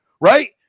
right